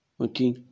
okay